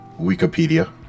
Wikipedia